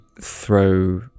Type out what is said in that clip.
throw